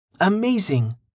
Amazing